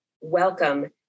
Welcome